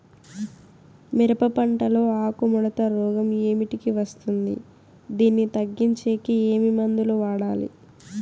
మిరప పంట లో ఆకు ముడత రోగం ఏమిటికి వస్తుంది, దీన్ని తగ్గించేకి ఏమి మందులు వాడాలి?